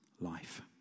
life